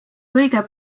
kõige